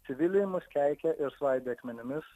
civiliai mus keikė ir svaidė akmenimis